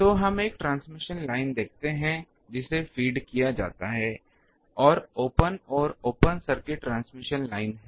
तो हम एक ट्रांसमिशन लाइन देखते हैं जिसे फीड किया जाता है और ओपन और ओपन सर्किट ट्रांसमिशन लाइन है